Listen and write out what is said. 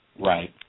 Right